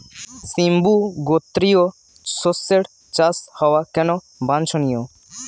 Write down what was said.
সিম্বু গোত্রীয় শস্যের চাষ হওয়া কেন বাঞ্ছনীয়?